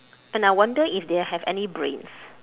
and I wonder if they have any brains